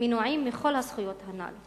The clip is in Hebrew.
מנועים מכל הזכויות הנ"ל.